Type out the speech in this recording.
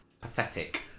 Pathetic